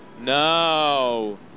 No